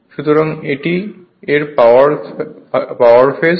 সুতরাং এটি এর পাওয়ার ফেজ